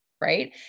Right